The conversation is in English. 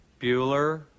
Bueller